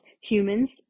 humans